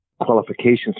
qualifications